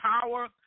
power